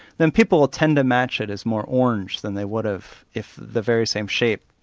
then people will tend to match it as more orange than they would have if the very same shape,